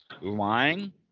Lying